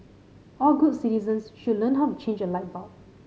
all good citizens should learn how to change a light bulb